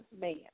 man